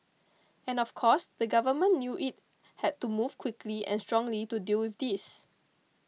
and of course the government knew it had to move quickly and strongly to deal with this